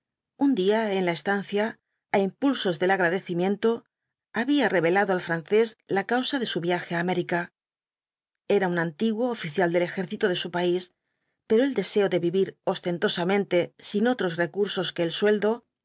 un día en la estancia á impulsos del agradecimiento había revelado al francés la causa de su viaje á américa era un antiguo oficial del ejército de su país pero el deseo de vivir ostentosamente sin otros recursos que el sueldo